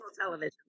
television